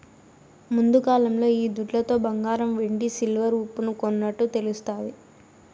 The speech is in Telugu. ముందుకాలంలో ఈ దుడ్లతో బంగారం వెండి సిల్వర్ ఉప్పును కొన్నట్టు తెలుస్తాది